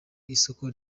isoko